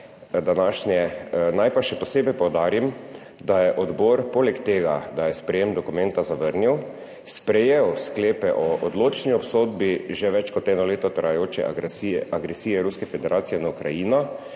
Naj pa še posebej poudarim, da je odbor poleg tega, da je sprejem dokumenta zavrnil, sprejel sklepe o odločni obsodbi že več kot eno leto trajajoče agresije, agresije Ruske federacije na Ukrajino,